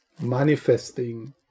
manifesting